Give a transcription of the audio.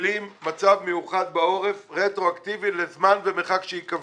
שמפעילים מצב מיוחד בעורף רטרואקטיבי לזמן ומרחק שייקבע.